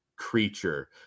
creature